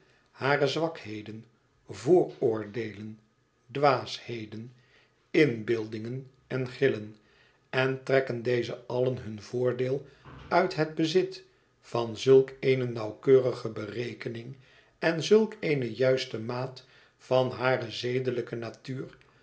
hare zwakheden vooroordeelen dwaasheden inbeeldingen en grillen en trekken deze allen hun voordeel uit het bezit van zulk eene nauwkeurige berekening en zulk eene juiste maat van hare zedelijke natuur